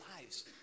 lives